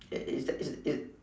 it it's that is is